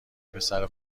پسر